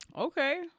Okay